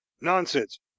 nonsense